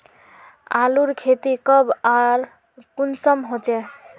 आलूर खेती कब आर कुंसम होचे?